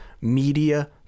media